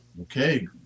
Okay